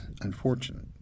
unfortunate